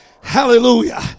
Hallelujah